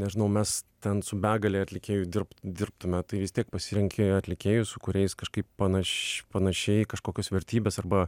nežinau mes ten su begale atlikėjų dirbt dirbtume tai vis tiek pasirenki atlikėjus su kuriais kažkaip panaš panašiai kažkokios vertybės arba